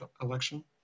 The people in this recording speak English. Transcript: election